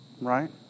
right